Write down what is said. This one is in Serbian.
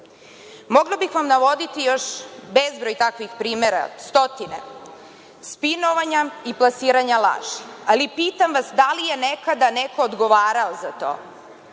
bih vam navoditi još bezbroj takvih primera, stotine, spinovanja i plasiranja laži, ali pitam vas da li je nekada neko odgovarao za to?